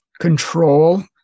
control